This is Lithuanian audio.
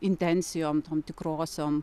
intencijom tom tikrosiom